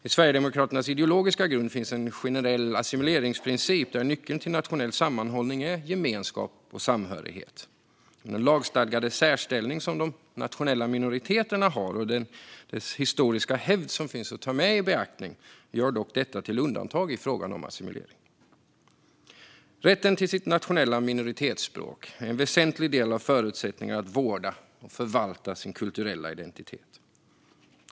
I Sverigedemokraternas ideologiska grund finns en generell assimileringsprincip där nyckeln till nationell sammanhållning är gemenskap och samhörighet. Den lagstadgade särställning som de nationella minoriteterna har och den historiska hävd som finns att ta i beaktning gör dock dessa till undantag i fråga om assimilering. Rätten till sitt nationella minoritetsspråk är en väsentlig del av förutsättningarna att vårda och förvalta sin kulturella identitet.